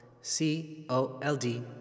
C-O-L-D